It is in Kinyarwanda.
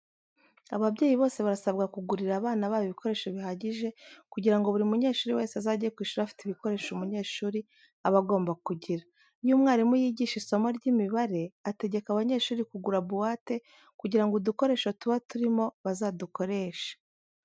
Ababyeyi bose barasabwa kugirira abana babo ibikoresho bihagije kugira ngo buri munyeshuri wese azajye ku ishuri afite ibikoresho umunyeshuri aba agomba kugira. Iyo umwarimu yigisha isomo ry'imibare ategeka abanyeshuri kugura buwate kugira ngo udukoresho tuba turimo bazadukoreshe.